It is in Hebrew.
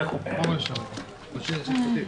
לצערי.